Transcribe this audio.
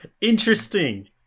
interesting